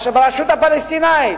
ברשות הפלסטינית,